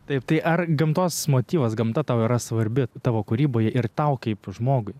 taip tai ar gamtos motyvas gamta tau yra svarbi tavo kūryboje ir tau kaip žmogui